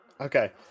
okay